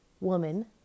woman